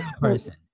Person